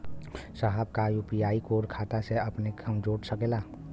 साहब का UPI code खाता से अपने हम जोड़ सकेला?